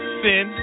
sin